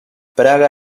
praga